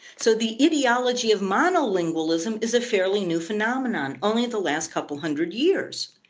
so the ideology of monolingualism is a fairly new phenomenon, only the last couple of hundred years.